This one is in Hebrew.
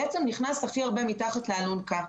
בעצם נכנס הכי הרבה מתחת לאלונקה.